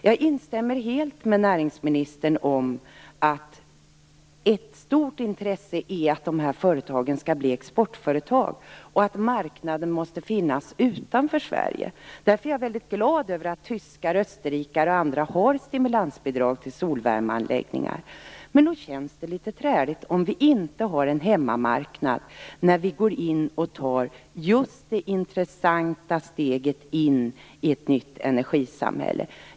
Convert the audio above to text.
Jag instämmer helt med näringsministern om att ett stort intresse är att dessa företag skall bli exportföretag och att marknaden måste finnas utanför Sveriges gränser. Därför är jag väldigt glad över att tyskar, österrikare och andra har stimulansbidrag till solvärmeanläggningar, men nog känns det litet träligt om vi inte har en hemmamarknad när vi går in och tar just det intressanta steget in i ett nytt energisamhälle.